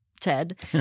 Ted